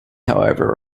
however